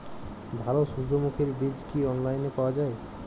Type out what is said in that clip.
ভালো সূর্যমুখির বীজ কি অনলাইনে পাওয়া যায়?